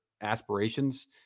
aspirations